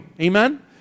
Amen